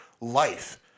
life